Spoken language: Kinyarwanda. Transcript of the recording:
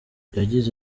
yagize